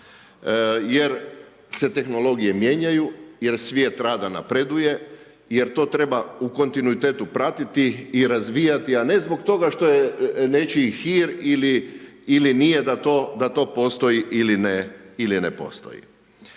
jer se tehnologije mijenjaju, jer svijet rada napreduje, jer to treba u kontinuitetu pratiti i razvijati, a ne zbog toga što je nečiji hir ili nije da to postoji ili ne postoji.